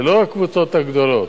זה לא הקבוצות הגדולות.